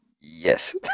Yes